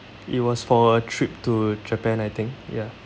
it was for a trip to japan I think ya